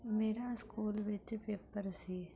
ਮੇਰਾ ਸਕੂਲ ਵਿੱਚ ਪੇਪਰ ਸੀ